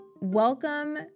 Welcome